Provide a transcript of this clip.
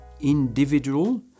individual